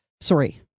Sorry